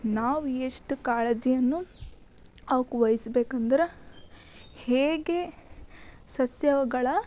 ನಾವು ಎಷ್ಟು ಕಾಳಜಿಯನ್ನು ಅವ್ಕೆ ವಹಿಸ್ಬೇಕೆಂದ್ರೆ ಹೇಗೆ ಸಸ್ಯಗಳ